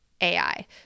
AI